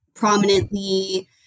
prominently